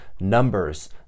numbers